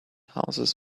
houses